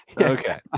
okay